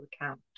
account